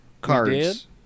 cards